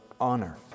honor